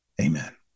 Amen